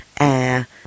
air